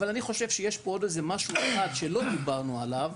אבל אני חושב שיש עוד דבר אחד שלא דיברנו עליו,